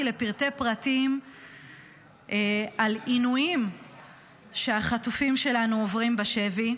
לפרטי-פרטים על עינויים שהחטופים שלנו עוברים בשבי,